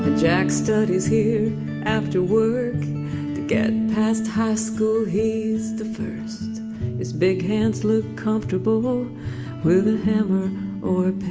jack studies here after work to get past high school he's the first his big hands look comfortable with a hammer or